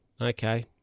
okay